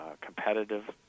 competitive